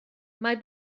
mae